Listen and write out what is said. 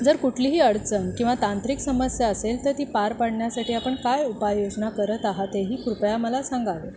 जर कुठलीही अडचण किंवा तांत्रिक समस्या असेल तर ती पार पडण्यासाठी आपण काय उपायोजना करत आहात तेही कृपया मला सांगावे